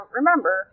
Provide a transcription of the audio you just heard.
remember